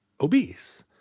obese